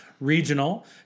Regional